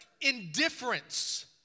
indifference